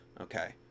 okay